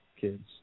kids